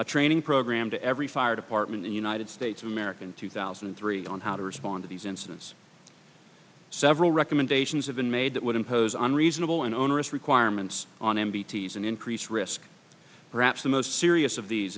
a training programme to every fire department and united states american two thousand and three on how to respond to these incidents several recommendations have been made that would impose unreasonable and onerous requirements on m b t's and increased risk perhaps the most serious of these